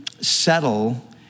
settle